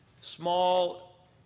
small